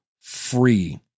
free